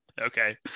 okay